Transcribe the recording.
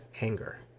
anger